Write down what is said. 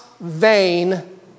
vain